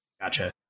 Gotcha